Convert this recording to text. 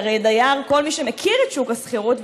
כל מי שמכיר את שוק השכירות,